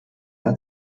hat